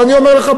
אבל אני אומר לך,